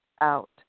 out